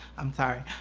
i'm sorry.